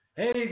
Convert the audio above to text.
Hey